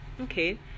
okay